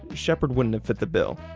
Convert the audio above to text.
shepherd wouldn't have fit the bill.